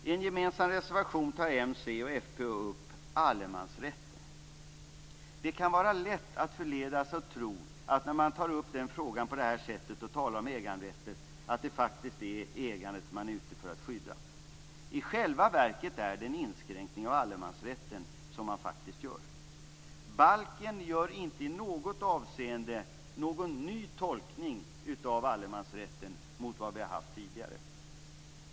I en gemensam reservation tar Moderaterna, Centern och Folkpartiet upp allemansrätten. Det kan vara lätt att förledas att tro att man faktiskt är ute för att skydda ägandet när man på det här sättet tar upp frågan om allemansrätten och äganderätten. I själva verket handlar det om en inskränkning av allemansrätten. Balken gör inte i något avseende någon ny tolkning av allemansrätten mot vad vi har haft tidigare.